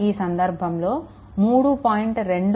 ఈ సంధర్భంలో 3